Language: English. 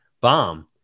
bomb